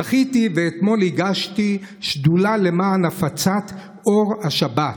זכיתי ואתמול הגשתי שדולה למען הפצת אור השבת,